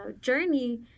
journey